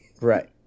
Right